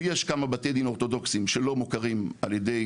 ויש כמה בתי דין אורתודוקסים שלא מוכרים על ידי